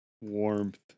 warmth